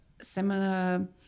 similar